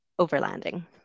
overlanding